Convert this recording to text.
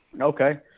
Okay